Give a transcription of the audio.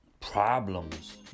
Problems